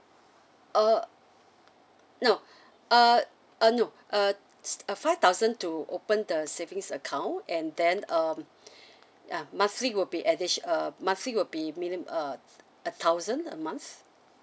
uh no uh uh no uh uh five thousand to open the savings account and then um ah monthly will be additi~ uh monthly will be mini~ uh a thousand a month